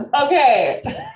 Okay